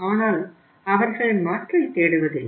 ஆனால் அவர்கள் மாற்றைத் தேடுவதில்லை